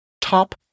Top